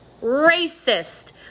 Racist